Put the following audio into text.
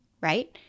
right